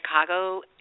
Chicago